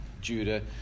Judah